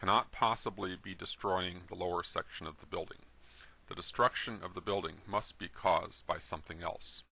cannot possibly be destroying the lower section of the building the destruction of the building must be caused by something else